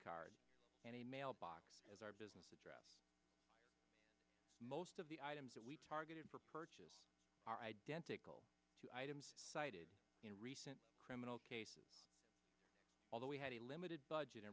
cards and a mailbox as our business address most of the items that we targeted for purchase are identical to items cited in recent criminal cases although we had a limited budget